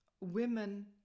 women